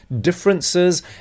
differences